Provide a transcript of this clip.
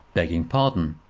begging pardon,